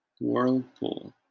Whirlpool